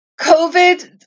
COVID